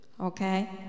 okay